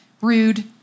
rude